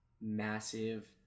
massive